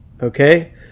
okay